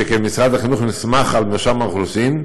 שכן משרד החינוך נסמך על מרשם האוכלוסין,